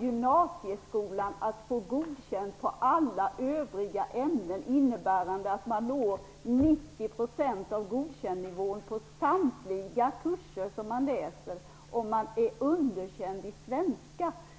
gymnasieskolan klarar att få godkänt i alla övriga ämnen, innebärande att man når 90 % av godkändnivån på samtliga kurser som man läser, om man är underkänd i svenska.